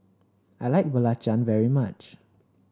I like belacan very much